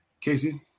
Casey